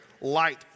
light